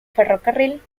ferrocarril